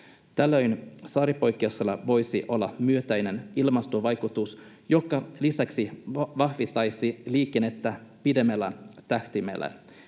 Tällöin saaripoikkeuksella voisi olla myönteinen ilmastovaikutus, joka lisäksi vahvistaisi liikennettä pidemmällä tähtäimellä.